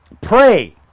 pray